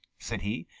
said he.